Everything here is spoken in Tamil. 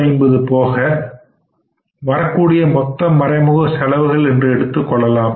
17350 போக வரக்கூடிய மொத்த மறைமுக செலவுகள் என்று எடுத்துக் கொள்ளலாம்